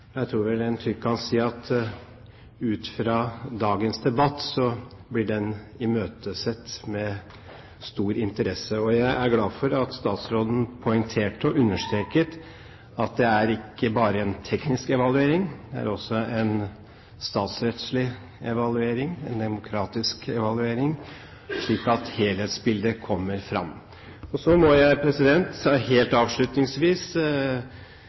Jeg tror vel man trygt kan si at ut fra dagens debatt blir den imøtesett med stor interesse. Jeg er glad for at statsråden poengterte og understreket at det ikke bare er en teknisk evaluering; det er også en statsrettslig evaluering, en demokratisk evaluering, slik at helhetsbildet kommer fram. Så må jeg helt avslutningsvis